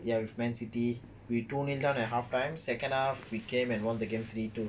ya with man city we two nil down at half time second half we came and won the game three two